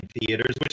theaters